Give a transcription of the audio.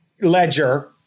ledger